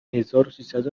هزاروسیصد